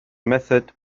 method